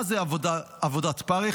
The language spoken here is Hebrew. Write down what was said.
מה זה עבודת פרך?